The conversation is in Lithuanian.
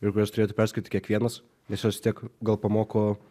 ir kurias turėtų perskaity kiekvienas nes jos vis tiek gal pamoko